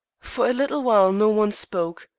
for a little while no one spoke.